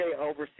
overseas